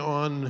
on